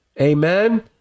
amen